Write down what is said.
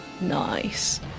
Nice